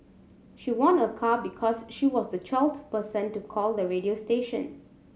she won a car because she was the twelfth person to call the radio station